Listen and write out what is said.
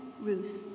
Ruth